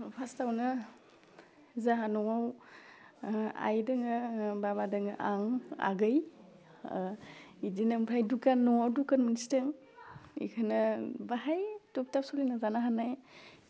फार्स्टआवनो जोंहा न'वाव आइ दङ बाबा दङ आं आगै बिदिनो ओमफ्राय दुखान न'वाव दुखान मोनसे दं बिखौनो बाहाय थुब थाब सोलिना जानो हानाय